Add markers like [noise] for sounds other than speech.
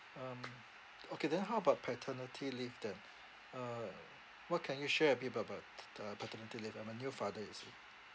um okay then how about paternity leave then uh what can you share a bit bout bout [noise] uh paternity leave I'm a new father you see